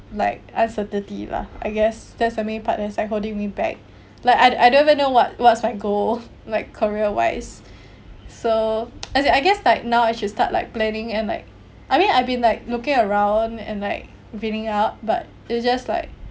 like uncertainty lah I guess there's maybe part only part and cycle hold me back like I'd I don't even know what what's my goal like career wise so as in I guess like now I should start like planning and like I mean I been like looking around and like reading out but it's just like